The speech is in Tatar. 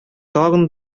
тагын